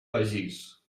begís